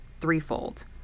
threefold